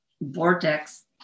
vortex